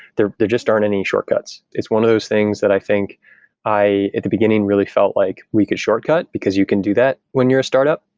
there there just aren't any shortcuts. it's one of those things that i think i, at the beginning, really felt like we could shortcut, because you can do that when you're a startup.